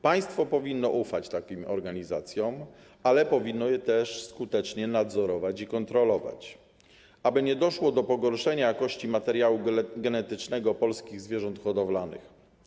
Państwo powinno ufać takim organizacjom, ale powinno je też skutecznie nadzorować i kontrolować, aby nie doszło do pogorszenia jakości materiału genetycznego polskich zwierząt hodowlanych.